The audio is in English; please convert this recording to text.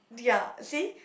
ya see